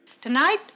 Tonight